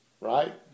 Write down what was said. right